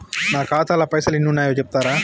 నా ఖాతా లా పైసల్ ఎన్ని ఉన్నాయో చెప్తరా?